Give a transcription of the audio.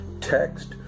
Text